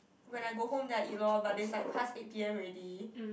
when I go home then I eat lor but they like pass eight p_m already